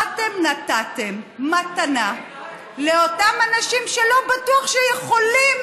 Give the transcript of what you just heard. באתם, נתתם מתנה לאותם אנשים שלא בטוח שיכולים,